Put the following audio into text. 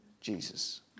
Jesus